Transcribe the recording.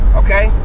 okay